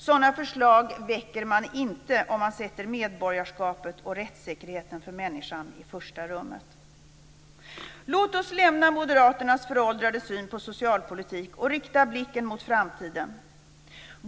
Sådana förslag väcker man inte om man sätter medborgarskapet och rättssäkerheten för människan i första rummet. Låt oss lämna Moderaternas föråldrade syn på socialpolitik och rikta blicken mot framtiden.